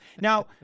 Now